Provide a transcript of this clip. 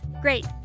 Great